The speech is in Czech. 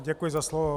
Děkuji za slovo.